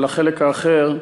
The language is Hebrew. אבל החלק האחר,